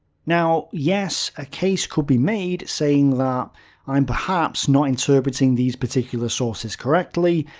now, yes a case could be made, saying that i'm perhaps not interpreting these particular sources correctly.